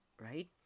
right